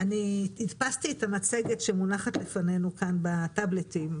אני הדפסתי את המצגת שמונחת לפנינו כאן בטאבלטים,